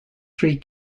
three